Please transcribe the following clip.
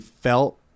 felt